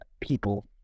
people